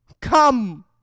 Come